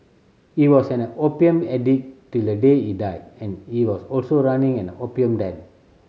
he was an opium addict till the day he died and he was also running an opium den